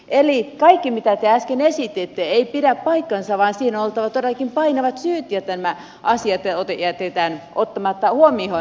eli kaikki mitä te äsken esititte ei pidä paikkaansa vaan siinä on oltava todellakin painavat syyt jos tämä asia jätetään ottamatta huomioon